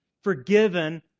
Forgiven